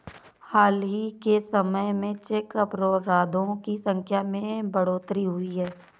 हाल ही के समय में चेक अपराधों की संख्या में बढ़ोतरी हुई है